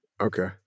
Okay